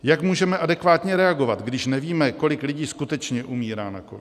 Jak můžeme adekvátně reagovat, když nevíme, kolik lidí skutečně umírá na covid?